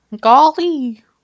Golly